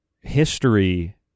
history